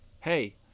Hey